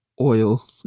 oil